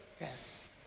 Yes